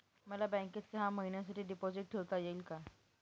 मला बँकेत सहा महिन्यांसाठी डिपॉझिट ठेवता येईल का?